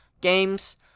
games